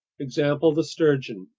example the sturgeon.